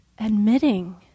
admitting